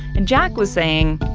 and jack was saying,